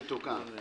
מתוקן.